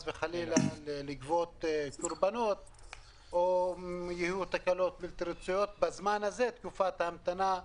וחלילה לגבות קרבנות בגלל תקלות בלתי רצויות בזמן ההמתנה.